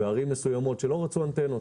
בערים מסוימות שלא רצו אנטנות.